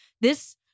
This-